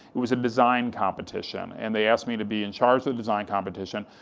it was a design competition, and they asked me to be in charge of the design competition.